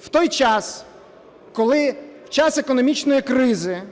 В той час, коли в час економічної кризи